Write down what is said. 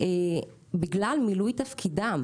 בגלל מילוי תפקידם.